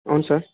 అవును సార్